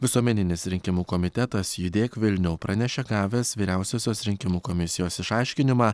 visuomeninis rinkimų komitetas judėk vilniau pranešė gavęs vyriausiosios rinkimų komisijos išaiškinimą